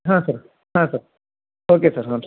ಹಾಂ ಸರ್ ಹಾಂ sir okay sir ಹ್ಞೂ ರಿ